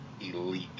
elite